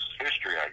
history